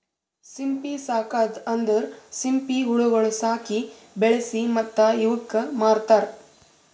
ಸಿಂಪಿ ಸಾಕದ್ ಅಂದುರ್ ಸಿಂಪಿ ಹುಳಗೊಳ್ ಸಾಕಿ, ಬೆಳಿಸಿ ಮತ್ತ ಇವುಕ್ ಮಾರ್ತಾರ್